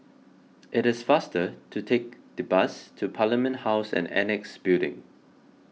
it is faster to take the bus to Parliament House and Annexe Building